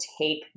take